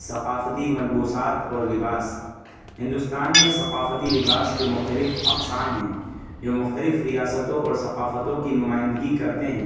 ثقافتی ملبوسات اور لباس ہندوستان میں ثقافتی لباس کے مختلف اقسام ہیں جو مختلف ریاستوں اور ثقافتوں کی نمائندگی کرتے ہیں